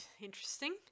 interesting